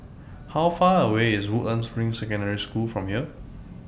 How Far away IS Woodlands Ring Secondary School from here